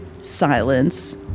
Silence